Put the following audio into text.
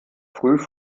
früh